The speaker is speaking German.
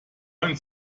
ein